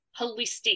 holistic